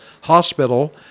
Hospital